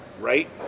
right